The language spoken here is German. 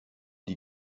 die